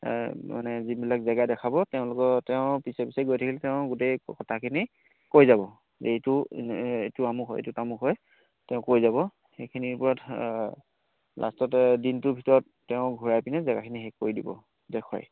মানে যিবিলাক জেগা দেখাব তেওঁলোকৰ তেওঁ পিছে পিছে গৈ থাকিলে তেওঁ গোটেই কথাখিনি কৈ যাব যে এইটো এইটো আমুক হয় এইটো তামুক হয় তেওঁ কৈ যাব সেইখিনিৰ ওপৰত লাষ্টতে দিনটোৰ ভিতৰত তেওঁ ঘূৰাই পিনে জেগাখিনি শেষ কৰি দিব দেখুৱাই